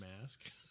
mask